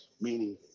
meaning